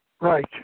right